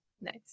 Nice